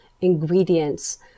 ingredients